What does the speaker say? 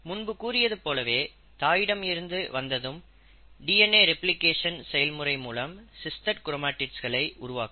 முன்பு கூறியது போலவே தாயிடம் இருந்து வந்ததும் டிஎன்ஏ ரெப்ளிகேஷன் செயல்முறை மூலம் சிஸ்டர் கிரோமடிட்ஸ்களை உருவாக்கும்